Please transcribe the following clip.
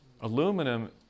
Aluminum